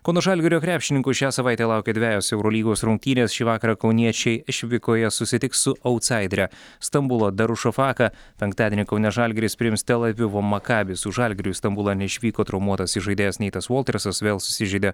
kauno žalgirio krepšininkų šią savaitę laukia dvejos eurolygos rungtynės šį vakarą kauniečiai išvykoje susitiks su autsaidere stambulo darušofaka penktadienį kaune žalgiris priims tel avivo makabį su žalgiriu į stambulą neišvyko traumuotas įžaidėjas neitas voltersas vėl susižeidė